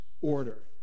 order